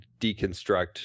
deconstruct